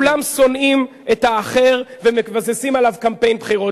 כולם שונאים את האחר ומבססים עליו קמפיין בחירות.